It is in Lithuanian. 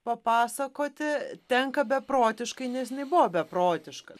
papasakoti tenka beprotiškai nes jinai buvo beprotiška